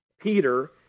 Peter